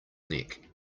neck